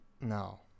No